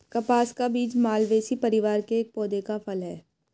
कपास का बीज मालवेसी परिवार के एक पौधे का फल है